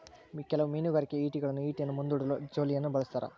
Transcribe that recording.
ಕೆಲವು ಮೀನುಗಾರಿಕೆ ಈಟಿಗಳು ಈಟಿಯನ್ನು ಮುಂದೂಡಲು ಜೋಲಿಯನ್ನು ಬಳಸ್ತಾರ